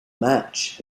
match